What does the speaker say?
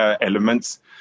elements